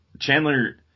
Chandler